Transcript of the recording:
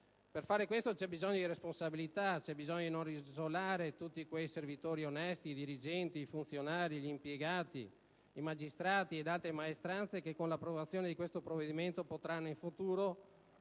Per fare questo c'è bisogno di responsabilità e di non isolare tutti quei servitori onesti (dirigenti, funzionari, impiegati, magistrati e altre maestranze) che, con l'approvazione di questo provvedimento, potranno in futuro